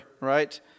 right